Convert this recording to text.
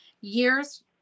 Years